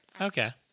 Okay